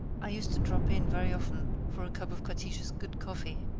i used to drop in very often for a cup of catiche's good coffee.